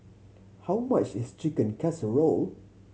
how much is Chicken Casserole